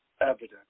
evidence